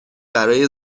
برای